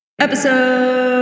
Episode